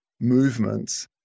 movements